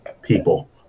People